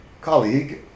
colleague